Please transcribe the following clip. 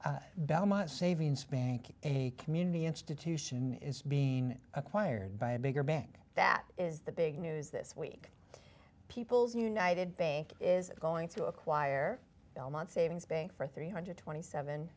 there belmont savings bank a community institution is being acquired by a bigger bank that is the big news this week people's united bank is going to acquire belmont savings bank for three hundred and twenty seven